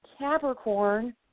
Capricorn